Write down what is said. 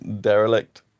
derelict